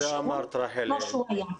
את זה אמרת רחלי.